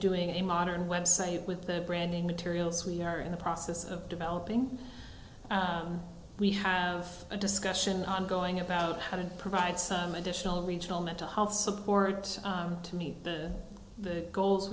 doing a modern website with the branding materials we are in the process of developing we have a discussion ongoing about how to provide some additional regional mental health support to meet the goals